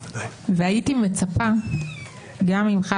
והייתי מצפה גם ממך,